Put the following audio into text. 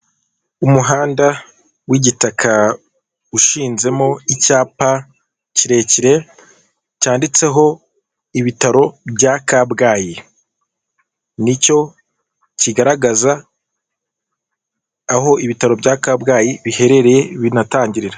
Umuhanda w'igitaka ushinzemo icyapa kirekire cyanditseho ibitaro bya kabgayi nicyo kigaragaza aho ibitaro bya kabgayi biherereye binatangirira.